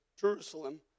Jerusalem